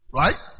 right